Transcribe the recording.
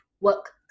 work